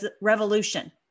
revolution